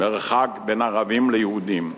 מרחק בין ערבים ליהודים.